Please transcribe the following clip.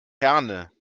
herne